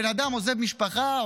בן אדם עוזב משפחה,